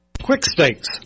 QuickStakes